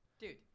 Dude